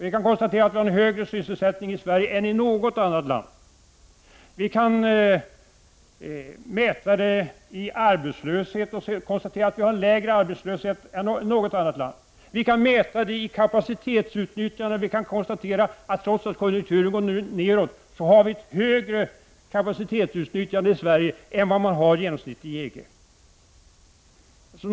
Vi kan konstatera att vi har en högre sysselsättning i Sverige än i något annat land. Vi kan mäta det i arbetslöshet och konstatera att vi har lägre arbetslöshet än något annat land. Vi kan mäta det i kapacitetsutnyttjandet, vi kan konstatera att trots att konjunkturen nu går neråt har vi ett högre kapacitetsutnyttjande i Sverige än vad man har i genomsnitt i EG.